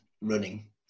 running